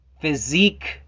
physique